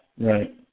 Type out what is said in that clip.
right